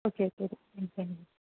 okay okay thank you